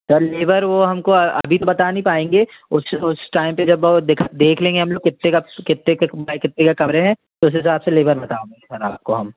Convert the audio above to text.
sir labour वो हमको अभी तो बता नहीं पाएंगे उस उस टाइम पर जब देख लेंगे हम लोग कितने का कितने तक बाई कितने का कवर है तो उस हिसाब से लेबर बताएंगे सर आपको हम